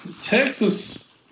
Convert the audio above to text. Texas